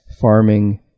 farming